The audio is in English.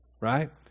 Right